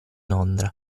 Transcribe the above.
londra